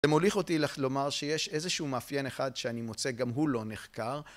זה מוליך אותי לומר שיש איזשהו מאפיין אחד שאני מוצא גם הוא לא נחקר